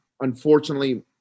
Unfortunately